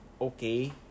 okay